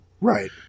Right